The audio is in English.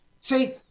see